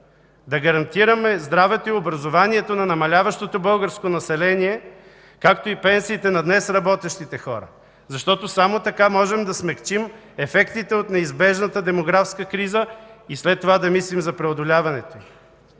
да гарантираме здравето и образованието на намаляващото българско население, както и пенсиите на днес работещите хора, защото само така можем да смекчим ефектите от неизбежната демографска криза и след това да мислим за преодоляването